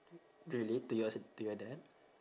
really to your s~ to your dad